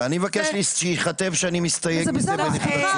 ואני מבקש שייכתב שאני מסתייג מזה בנחרצות.